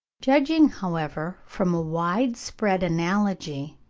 judging, however, from a wide-spread analogy,